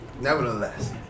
nevertheless